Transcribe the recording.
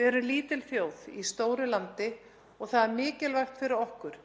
Við erum lítil þjóð í stóru landi og það er mikilvægt fyrir okkur,